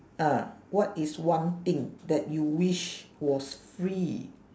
ah what is one thing that you wish was free